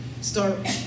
start